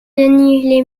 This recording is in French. denis